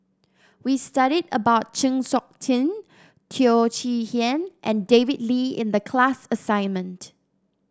we studied about Chng Seok Tin Teo Chee Hean and David Lee in the class assignment